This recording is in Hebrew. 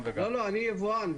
אני יבואן,